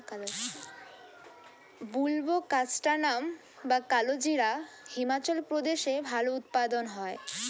বুলবোকাস্ট্যানাম বা কালোজিরা হিমাচল প্রদেশে ভালো উৎপাদন হয়